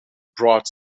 broad